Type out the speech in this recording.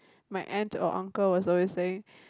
my aunt or uncle was always saying